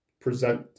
present